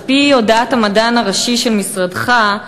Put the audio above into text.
על-פי הודעת המדען הראשי של משרדך,